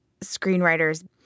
screenwriters